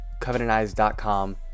CovenantEyes.com